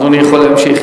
אדוני יכול להמשיך.